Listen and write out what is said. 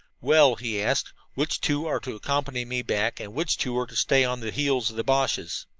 well, he asked, which two are to accompany me back, and which two are to stay on the heels of the boches?